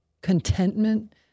contentment